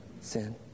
Sin